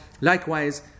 likewise